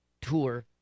tour